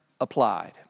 Applied